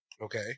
Okay